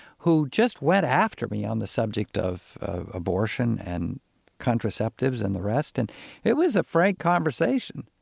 who just went after me on the subject of of abortion and contraceptives and the rest. and it was a frank conversation.